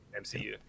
MCU